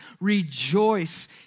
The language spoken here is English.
rejoice